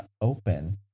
open